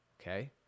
okay